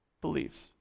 beliefs